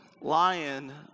lion